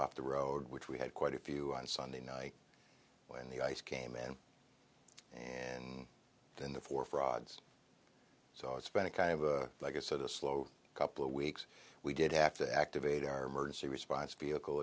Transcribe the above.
off the road which we had quite a few on sunday night when the ice came in and then the four frogs so it's been a kind of a like a sort of slow couple of weeks we did have to activate our emergency response vehicle